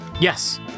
Yes